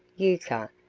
euchre,